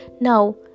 now